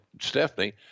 Stephanie